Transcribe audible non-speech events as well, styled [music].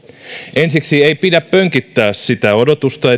ensiksi ei pidä pönkittää sitä odotusta [unintelligible]